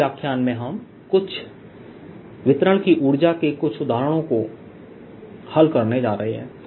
अगले व्याख्यान में हम कुछ वितरण की ऊर्जा के कुछ उदाहरणों को हल करने जा रहे हैं